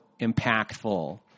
impactful